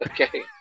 Okay